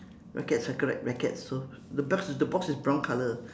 rackets ah correct rackets so the box the box is brown colour